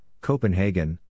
Copenhagen